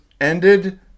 ended